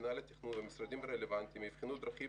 מינהל התכנון והמשרדים הרלוונטיים יבחנו דרכים